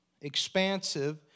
expansive